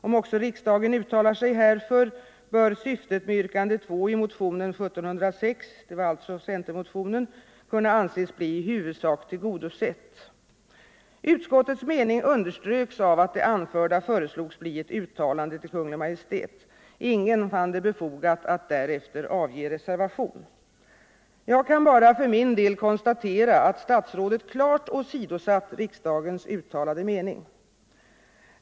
Om också riksdagen uttalar sig härför bör syftet med yrkande 2 i motionen 1974:1706” — alltså centermotionen — ”kunna anses bli i huvudsak till 141 godosett.” Utskottets mening underströks av att det anförda föreslogs bli ett uttalande till Kungl. Maj:t. Ingen fann det befogat att därefter avge reservation. Jag kan bara för min del konstatera att statsrådet klart åsidosatt riksdagens uttalade mening.